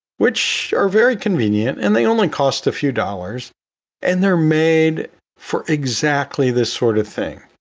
which are very convenient and they only cost a few dollars and they're made for exactly this sort of thing.